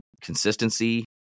consistency